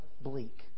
bleak